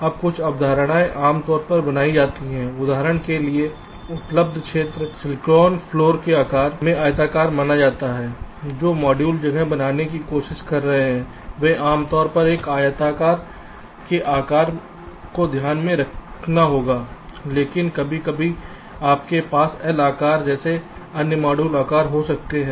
अब कुछ धारणाएं आम तौर पर बनाई जाती हैं उदाहरण के लिए उपलब्ध क्षेत्र सिलिकॉन फर्श को आकार में आयताकार माना जाता है जो मॉड्यूल जगह बनाने की कोशिश कर रहे थे वे आम तौर पर एक आयताकार के आकार को ध्यान में रखना होगा लेकिन कभी कभी आपके पास एल आकार जैसे अन्य मॉड्यूल आकार हो सकते हैं